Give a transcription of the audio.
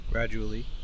Gradually